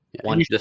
One